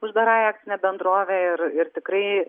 uždarąja akcine bendrove ir ir tikrai